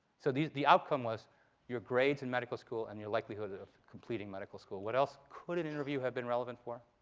so the the outcome was your grades in medical school and your likelihood of completing medical school. what else could an interview have been relevant for?